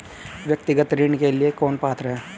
व्यक्तिगत ऋण के लिए कौन पात्र है?